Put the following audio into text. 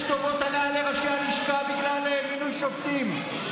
יש טובות הנאה לראשי הלשכה בגלל מינוי שופטים,